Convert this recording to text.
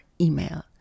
email